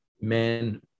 men